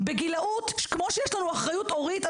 כמו שיש לנו אחריות הורית,